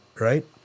right